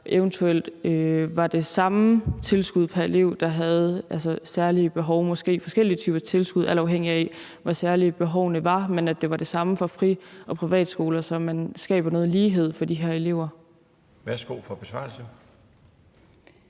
eventuelt var det samme tilskud pr. elev, der havde særlige behov, og måske forskellige typer tilskud, alt afhængigt af hvor særlige behovene var, men at det var det samme for fri- og privatskoler, så man skaber noget lighed for de her elever. Kl. 17:47 Den fg.